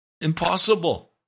impossible